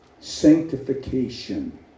sanctification